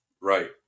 Right